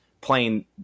playing